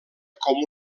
com